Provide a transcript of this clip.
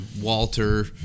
Walter